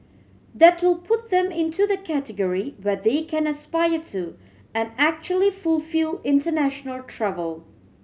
that will put them into the category where they can aspire to and actually fulfil international travel